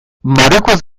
marokoz